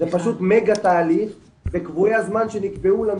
זה פשוט מגה תהליך וקבועי הזמן שנקבעו לנו